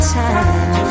time